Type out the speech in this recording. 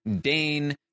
Dane